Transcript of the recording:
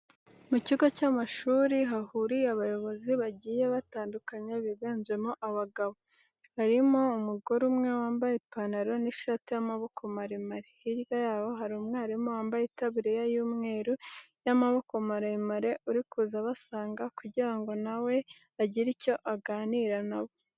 Mu kigo cy'amashuri hahuriye abayobozi bagiye batandukanye biganjemo abagabo. Harimo umugore umwe wambaye ipantaro n'ishati y'amaboko maremare, hirya yabo hari umwarimu wambaye itaburiya y'umweru y'amaboko maremare uri kuza abasanga kugira ngo na we agire icyo aganira na bo.